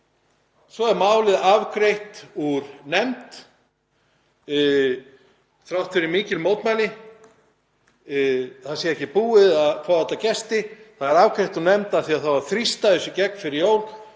svo er málið afgreitt úr nefnd þrátt fyrir mikil mótmæli og þrátt fyrir að ekki sé búið að fá alla gesti; það er afgreitt úr nefnd af því að það á að þrýsta þessu í gegn fyrir jól.